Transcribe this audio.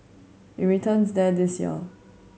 it returns there this year